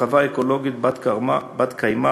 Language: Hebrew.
חווה אקולוגית בת-קיימא,